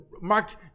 marked